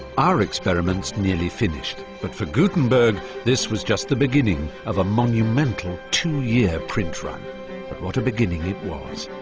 our experiment's nearly finished, but for gutenberg, this was just the beginning of a monumental two-year print run. but what a beginning it was.